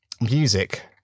music